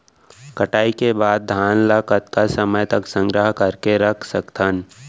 कटाई के बाद धान ला कतका समय तक संग्रह करके रख सकथन?